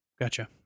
gotcha